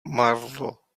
marlo